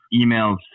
emails